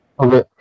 Okay